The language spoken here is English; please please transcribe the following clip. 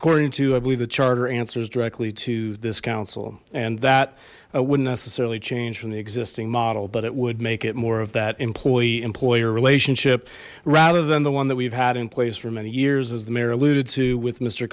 according to i believe the charter answers directly to this council and that wouldn't necessarily change from the existing model but it would make it more of that employee employer relationship rather than the one that we've had in place for many years as the mayor alluded to with m